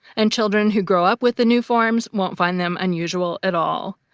and children who grow up with the new forms won't find them unusual at all.